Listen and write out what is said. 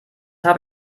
habe